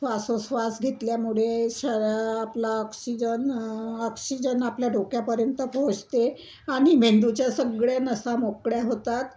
श्वासोच्छ्वास घेतल्यामुळे शरा आपला ऑक्सिजन ऑक्सिजन आपल्या डोक्यापर्यंत पोचते आणि मेंदूच्या सगळ्या नसा मोकळ्या होतात